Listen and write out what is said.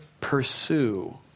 pursue